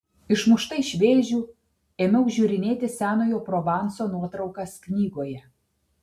išmušta iš vėžių ėmiau žiūrinėti senojo provanso nuotraukas knygoje